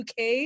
UK